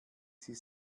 sich